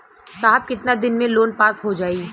साहब कितना दिन में लोन पास हो जाई?